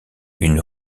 une